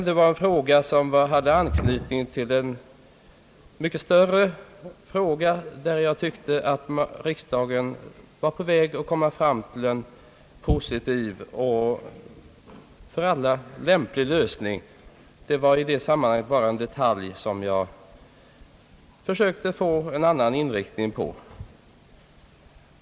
Det var en fråga som hade anknytning till en mycket större fråga där jag tyckte att riksdagen var på väg att komma fram till en positiv och för alla lämplig lösning. Det var i det sammanhanget bara en detalj som jag försökte få en annan inriktning på.